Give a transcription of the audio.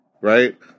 Right